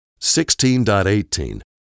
16.18